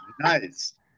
Nice